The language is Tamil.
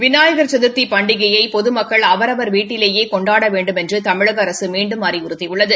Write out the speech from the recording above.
விநாயக் சதுர்த்தி பண்டிகையை பொதுமக்கள் அவரவர் வீட்டிலேயே கொண்டாட வேண்டுமென்று தமிழக அரசு மீண்டும் அறிவுறுத்தியுள்ளது